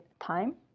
time